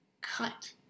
cut